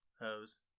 Hose